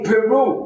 Peru